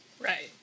Right